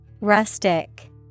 Rustic